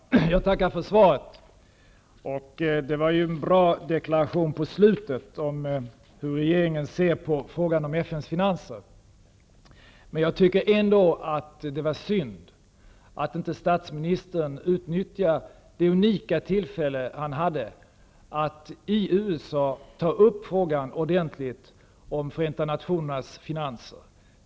Herr talman! Jag tackar för svaret. Det var en bra deklaration i slutet av svaret om hur regeringen ser på FN:s finanser. Men jag tycker ändå att det är synd att statsministern inte utnyttjade det unika tillfälle han hade att i USA ordentligt ta upp frågan om FN:s finanser.